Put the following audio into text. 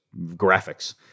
graphics